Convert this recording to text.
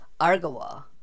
Argawa